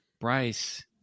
Bryce